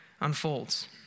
unfolds